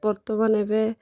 ବର୍ତ୍ତମାନ ଏବେ